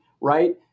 right